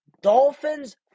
dolphins